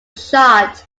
shot